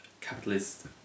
capitalist